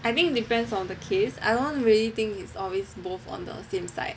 I think it depends on the case I don't really think is always both on the same side